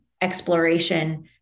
exploration